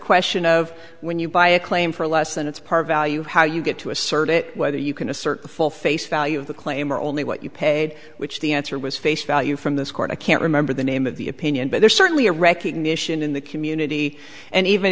question of when you buy a claim for less than its part value how you get to assert it whether you can assert the full face value of the claim or only what you paid which the answer was face value from this court i can't remember the name of the opinion but there's certainly a recognition in the community and even